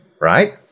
right